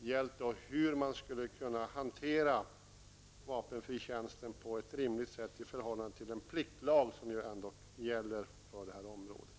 gällt hur man skulle kunna hantera vapenfri tjänst på ett rimligt sätt i förhållande till den pliktlag som ju ändå gäller för det här området.